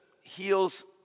heals